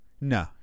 No